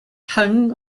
hung